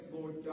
Lord